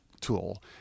tool